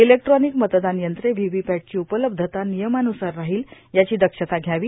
electronic मतदान यंत्रे व्होव्होपॅटची उपलब्धता ानयमानुसार राहांल याची दक्षता घ्यावी